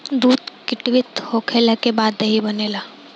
दूध किण्वित होखला के बाद दही बनेला